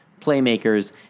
playmakers